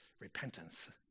repentance